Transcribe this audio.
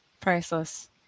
Priceless